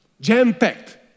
Jam-packed